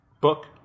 book